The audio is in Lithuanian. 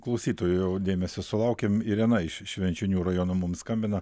klausytojo dėmesio sulaukėm irena iš švenčionių rajono mums skambina